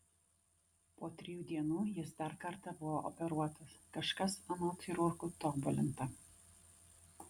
po trijų dienų jis dar kartą buvo operuotas kažkas anot chirurgų tobulinta